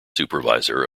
supervisor